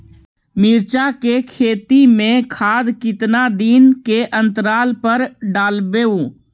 मिरचा के खेत मे खाद कितना दीन के अनतराल पर डालेबु?